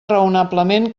raonablement